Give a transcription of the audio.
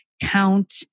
count